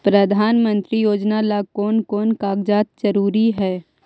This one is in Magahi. प्रधानमंत्री योजना ला कोन कोन कागजात जरूरी है?